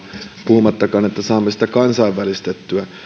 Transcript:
puhumattakaan että saamme sitä kansainvälistettyä